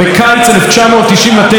חברת הכנסת לנדבר,